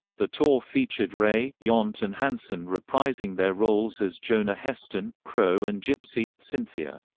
the tour featured ray, yount and hanson reprising their roles as jonah heston, crow and gypsy synthia.